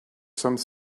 some